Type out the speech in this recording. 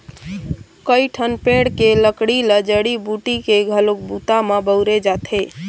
कइठन पेड़ के लकड़ी ल जड़ी बूटी के घलोक बूता म बउरे जाथे